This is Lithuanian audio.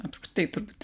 apskritai turbūt